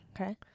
Okay